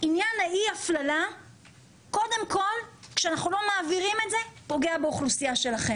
עניין אי ההפללה קודם כול כשאנחנו מעבירים את זה פוגע באוכלוסייה שלכם.